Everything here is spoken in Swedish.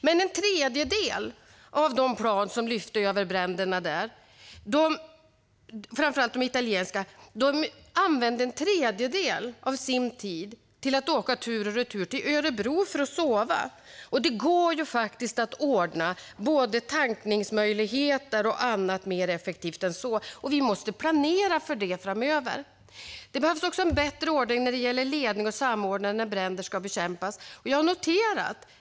Men framför allt de italienska plan som lyfte över bränderna använde en tredjedel av sin tid till att åka tur och retur till Örebro för att piloterna skulle få sova. Det går faktiskt att ordna både tankningsmöjligheter och annat mer effektivt än så, och vi måste vi planera för detta framöver. Det behövs också en bättre ordning när det gäller ledning och samordning när bränder ska bekämpas.